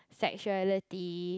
sexuality